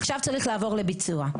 עכשיו צריך לעבור לביצוע.